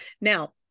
now